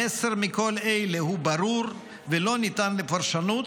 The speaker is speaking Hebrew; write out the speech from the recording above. המסר מכל אלה הוא ברור ולא ניתן לפרשנות,